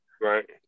Right